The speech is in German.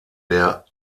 der